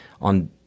on